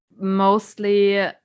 mostly